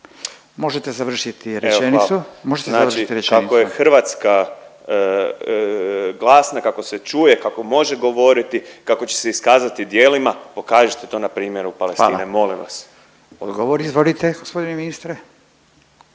Možete završiti rečenicu./…. Znači kako je Hrvatska glasna kako se čuje, kako može govoriti, kako će se iskazati djelima pokažite to na primjeru Palestine. Molim vas. **Radin, Furio